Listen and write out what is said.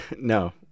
no